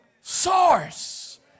source